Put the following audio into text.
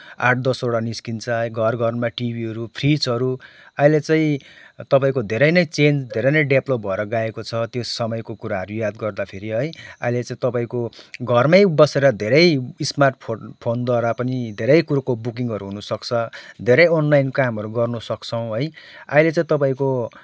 आठ दसवटा निस्किन्छ है घर घरमा टिभीहरू फ्रिजहरू अहिले चाहिँ तपाईँको धेरै नै चेन्ज धेरै नै डेभ्लोप भएर गएको छ त्यो समयको कुराहरू याद गर्दाखेरि है अहिले चाहिँ तपाईँको घरमै बसेर धेरै स्मार्टफोन फोनद्वारा पनि धेरै कुरोको बुकिङहरू हुनसक्छ धेरै अनलाइन कामहरू गर्न सक्छौँ है अहिले चाहिँ तपाईँको